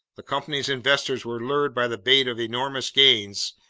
the company's investors were lured by the bait of enormous gains,